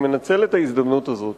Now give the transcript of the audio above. אני מנצל את ההזדמנות הזאת